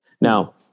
Now